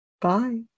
Bye